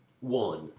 One